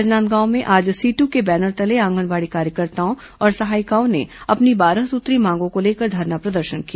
राजनांदगांव में आज सीटू के बैनर तले आंगनबाड़ी कार्यकर्ताओं और सहायिकाओं ने अपनी बारह सूत्रीय मांगों को लेकर धरना प्रदर्शन किया